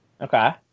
Okay